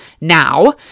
now